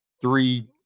three